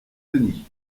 denis